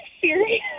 serious